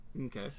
Okay